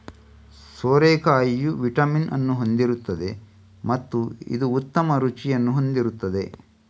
ಸೋರೆಕಾಯಿಯು vitamin ಅನ್ನು ಹೊಂದಿರುತ್ತದೆ ಮತ್ತು ಇದು ಉತ್ತಮ ರುಚಿಯನ್ನು ಹೊಂದಿರುತ್ತದೆ